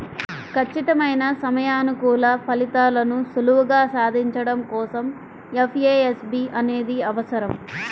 ఖచ్చితమైన సమయానుకూల ఫలితాలను సులువుగా సాధించడం కోసం ఎఫ్ఏఎస్బి అనేది అవసరం